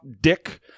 Dick